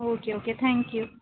okay okay thank you